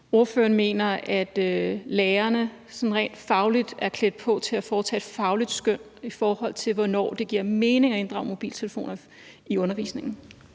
ordføreren mener, at lærerne sådan rent fagligt er klædt på til at foretage et fagligt skøn, i forhold til hvornår det giver mening at inddrage mobiltelefoner i undervisningen.